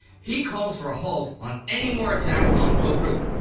he calls for a halt on any more attacks on tobruk.